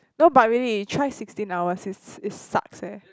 no but really you try sixteen hours it it sucks eh